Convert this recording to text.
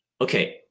okay